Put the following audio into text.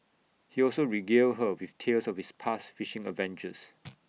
he also regaled her with tales of his past fishing adventures